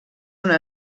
una